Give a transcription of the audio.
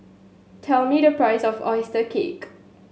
tell me the price of oyster cake